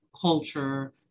culture